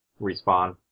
respawn